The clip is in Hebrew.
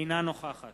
אינה נוכחת